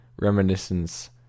reminiscence